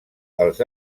els